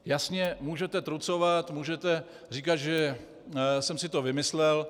Jasně, můžete trucovat, můžete říkat, že jsem si to vymyslel.